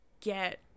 get